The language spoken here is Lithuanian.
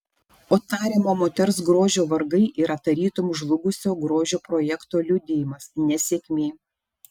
o tariamo moters grožio vargai yra tarytum žlugusio grožio projekto liudijimas nesėkmė